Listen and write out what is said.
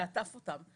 שעטף אותם,